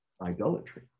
idolatry